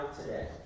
today